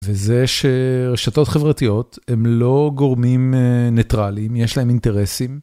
וזה שרשתות חברתיות הם לא גורמים ניטרלים, יש להם אינטרסים.